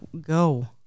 go